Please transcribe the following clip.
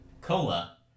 cola